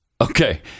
Okay